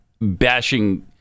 bashing